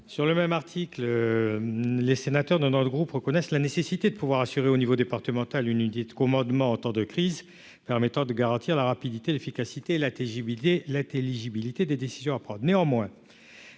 Sur le même article, les sénateurs dans dans le groupe reconnaissent la nécessité de pouvoir assurer au niveau départemental, une dites commandement en temps de crise permettant de garantir la rapidité, l'efficacité, la TJ Villiers l'intelligibilité des décisions à prendre